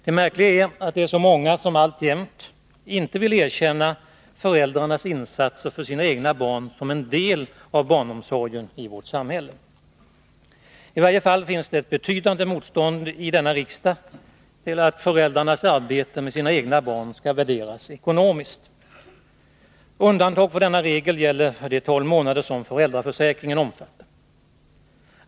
Det märkliga är att det är så många som alltjämt inte vill erkänna föräldrarnas insatser för sina egna barn som en del av barnomsorgen i vårt samhälle. I varje fall finns det i denna riksdag ett betydande motstånd mot att föräldrarnas arbete med sina egna barn skall värderas ekonomiskt. Undantag från denna regel gäller för de tolv månader som föräldraförsäkringen omfattar.